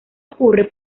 ocurre